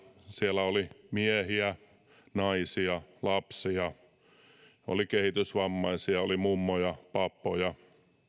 siellä oli miehiä naisia lapsia oli kehitysvammaisia oli mummoja pappoja